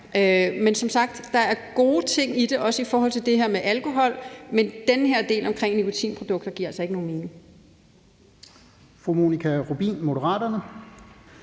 mig. Som sagt er der også gode ting i det i forhold til det her med alkoholen, men den her del omkring nikotinprodukterne giver altså ikke nogen mening.